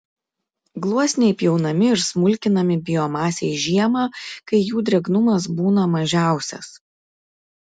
gluosniai pjaunami ir smulkinami biomasei žiemą kai jų drėgnumas būna mažiausias